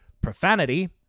profanity